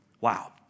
Wow